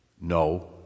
no